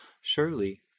Surely